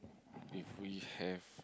if we have